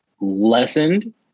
lessened